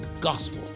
gospel